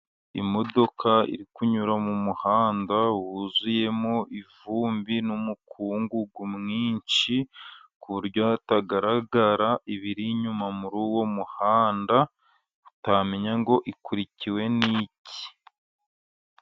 Imodoka irikunyura mu muhanda, wuzuyemo ivumbi n'umukungugu mwinshi, ku buryo hatagaragara ibiri inyuma muri uwo muhanda utamenya ngo ikurikiwe n'iki?